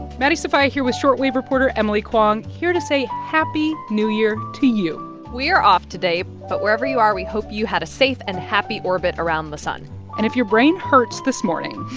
maddie sofia here with short wave reporter emily kwong, here to say happy new year to you we are off today, but wherever you are, we hope you had a safe and happy orbit around the sun and if your brain hurts this morning,